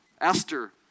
Esther